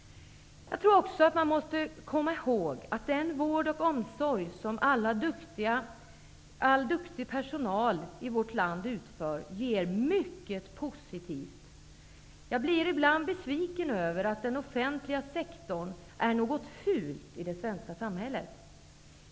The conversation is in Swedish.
Man måste också komma ihåg att den vård och omsorg som all duktig personal i vårt land utför ger mycket positivt. Jag blir ibland besviken över att den offentliga sektorn anses vara något fult i det svenska samhället.